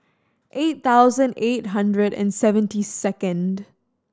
eight thousand eight hundred and seventy second